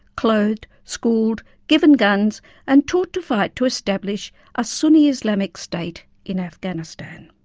clothed, schooled, given guns and taught to fight to establish a sunni islamic state in afghanistan.